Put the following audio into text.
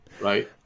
Right